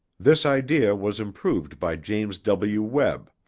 this idea was improved by james w. webb,